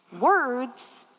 Words